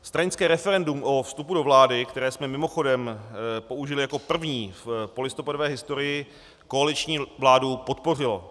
Stranické referendum o vstupu do vlády, které jsme mimochodem použili jako první v polistopadové historii, koaliční vládu podpořilo.